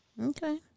Okay